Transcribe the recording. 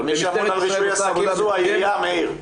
אבל מי שאמון על רישוי עסקים זו העיריה, מאיר.